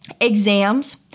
Exams